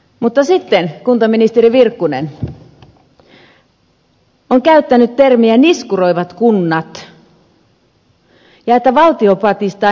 mutta sitten kuntaministeri virkkunen on käyttänyt termiä niskuroivat kunnat ja että valtio patistaa niskuroijat kuriin